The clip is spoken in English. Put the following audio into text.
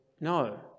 no